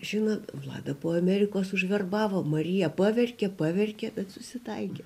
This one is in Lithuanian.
žiną vladą po amerikos užverbavo marija paverkė paverkė bet susitaikė